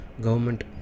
government